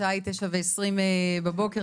השעה 09:20 בבוקר,